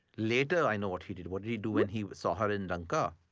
later i know what he did. what did he do when he saw her in lanka?